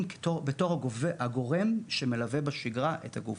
בתור הגורם שמלווה בשגרה את הגוף.